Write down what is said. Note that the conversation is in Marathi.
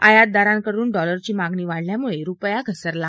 आयातदारांकडून डॉलरची मागणी वाढल्यामुळे रुपया घसरला